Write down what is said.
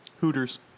Hooters